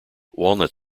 walnut